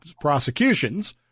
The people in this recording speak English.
prosecutions